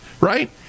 right